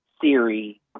Siri